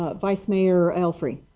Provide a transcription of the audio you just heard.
ah vice mayor alfrey?